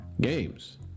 games